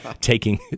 taking